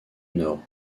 nord